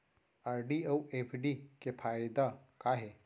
RD अऊ FD के फायेदा का हे?